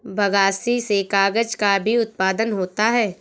बगासी से कागज़ का भी उत्पादन होता है